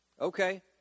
Okay